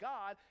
God